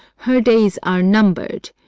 her days are numbered,